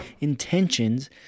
intentions